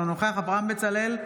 אינו נוכח אברהם בצלאל,